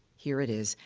here it is.